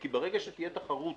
כי ברגע שתהיה תחרות